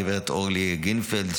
הגב' אורלי גרינפלד,